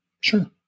Sure